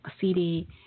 CD